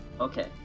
Okay